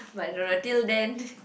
but i don't know until then